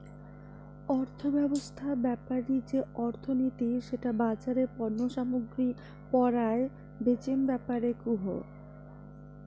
অর্থব্যবছস্থা বেপারি যে অর্থনীতি সেটা বাজারে পণ্য সামগ্রী পরায় বেচিম ব্যাপারে কুহ